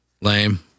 Lame